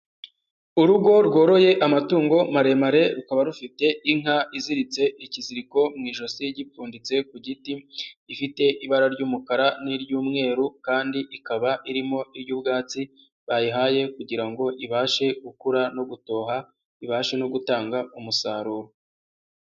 Urugo rworoye amatungo maremare rukaba rufite inka iziritse ikiziriko mu ijosi gipfunditse ku giti, ifite ibara ry'umukara n'iry'umweru kandi ikaba irimo irya ubwatsi bayihaye kugira ngo ibashe gukura no gutoha, ibashe no gutanga umusaruro.